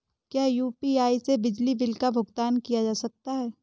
क्या यू.पी.आई से बिजली बिल का भुगतान किया जा सकता है?